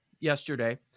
yesterday